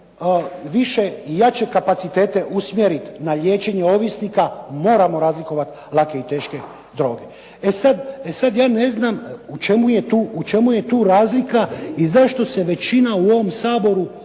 više i jače kapacitete usmjeriti na liječenje ovisnika moramo razlikovati lake i teške droge. E sad ja ne znam u čemu je tu razlika i zašto se većina u ovom Saboru